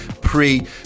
pre